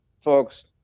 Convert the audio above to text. Folks